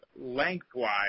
lengthwise